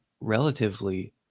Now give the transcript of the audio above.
relatively